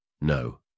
No